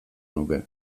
nuke